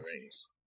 rings